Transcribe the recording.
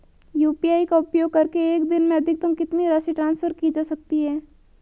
UPI का उपयोग करके एक दिन में अधिकतम कितनी राशि ट्रांसफर की जा सकती है?